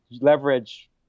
leverage